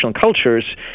cultures